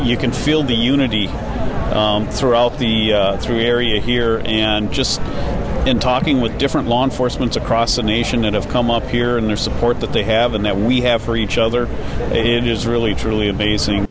you can feel the unity throughout the area here and just in talking with different law enforcement across the nation that have come up here and their support that they have and that we have for each other it is really truly amazing